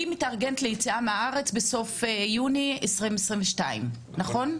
ליציאה מהארץ בסוף יוני 2022, נכון?